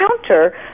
counter